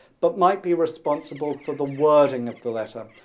but might be responsible for the wording of the letter.